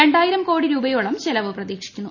രണ്ടായിരംകോടിരൂപയോളം ചെലവ് പ്രതീക്ഷിക്കുന്നു